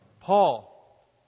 Paul